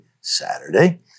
Saturday